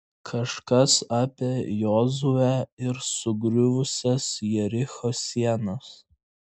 kažkas apie jozuę ir sugriuvusias jericho sienas